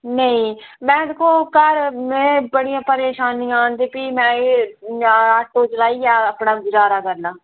नेईं में दिक्खो घर में बड़ियां परेशानियां न ते भी मैं एह् आटो चलाइयै अपना गजारा करनां